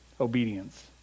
obedience